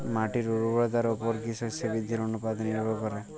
মাটির উর্বরতার উপর কী শস্য বৃদ্ধির অনুপাত নির্ভর করে?